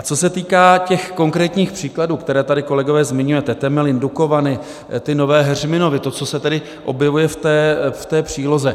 Co se týká těch konkrétních příkladů, které tady, kolegové, zmiňujete Temelín, Dukovany, ty Nové Heřminovy, to, co se tady objevuje v té příloze.